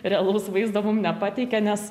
realaus vaizdo mum nepateikia nes